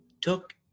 took